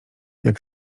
jak